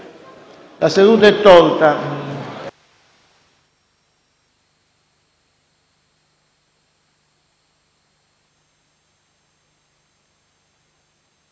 La seduta è tolta